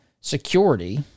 security